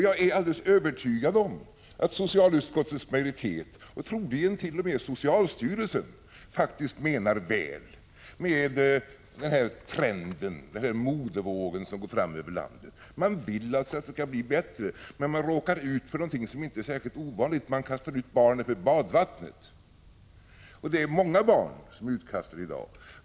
Jag är alldeles övertygad om att socialutskottets majoritet och troligen t.o.m. socialstyrelsen faktiskt menar väl med den trend, den modevåg som går fram över landet. Man vill att det skall bli bättre, men man råkar ut för någonting som inte är särskilt ovanligt: man kastar ut barnet med badvattnet. Det är många barn som är utkastade i dag.